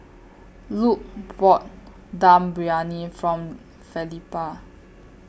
Luc bought Dum Briyani from Felipa